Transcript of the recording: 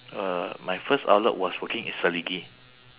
uh my first outlet was working at selegie